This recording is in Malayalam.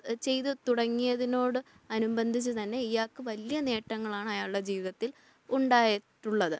ചെയ്തു തുടങ്ങിയതിനോട് അനുബന്ധിച്ച് തന്നെ ഇയാള്ക്ക് വലിയ നേട്ടങ്ങളാണ് അയാളുടെ ജീവിതത്തിൽ ഉണ്ടായിട്ടുള്ളത്